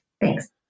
Thanks